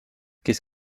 qu’est